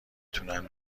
تونن